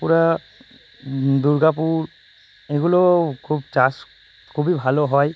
বাঁকুড়া দুর্গাপুর এগুলোও খুব চাষ খুবই ভালো হয়